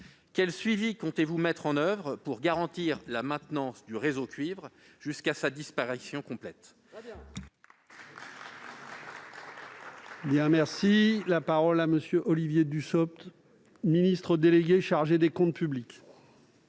Quel suivi comptez-vous mettre en oeuvre pour garantir la maintenance du réseau cuivre jusqu'à sa disparition complète ?